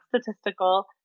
statistical